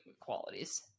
qualities